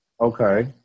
Okay